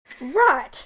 Right